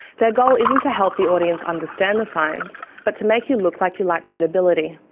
their goal isn't to help the audience understand the science, but to make you look like you lack credibility.